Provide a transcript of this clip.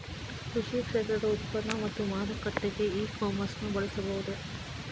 ಕೃಷಿ ಕ್ಷೇತ್ರದ ಉತ್ಪನ್ನ ಮತ್ತು ಮಾರಾಟಕ್ಕೆ ಇ ಕಾಮರ್ಸ್ ನ ಬಳಸಬಹುದೇ?